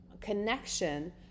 connection